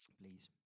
please